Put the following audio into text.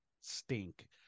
stink